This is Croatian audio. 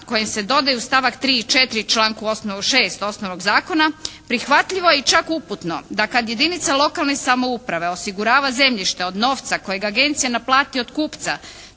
kojem se dodaju stavak 3. i 4. članku 6. osnovnog zakona, prihvatljivo je i čak uputno, da kada jedinica lokalne samouprave osigurava zemljište od novca kojeg agencija naplati od kupca